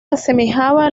asemejaba